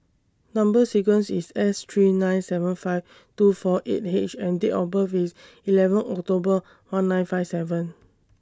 Number sequence IS S three nine seven five two four eight H and Date of birth IS eleven October one nine five seven